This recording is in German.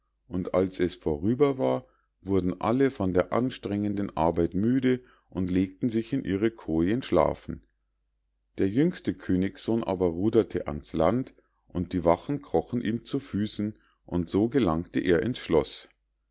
und als das vorüber war wurden alle von der anstrengenden arbeit müde und legten sich in ihren kojen schlafen der jüngste königssohn aber ruderte ans land und die wachen krochen ihm zu füßen und so gelangte er ins schloß